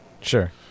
Sure